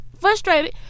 frustrated